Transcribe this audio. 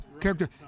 character